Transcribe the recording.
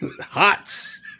Hots